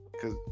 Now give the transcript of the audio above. Cause